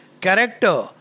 character